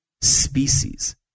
species